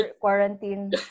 quarantine